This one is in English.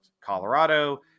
Colorado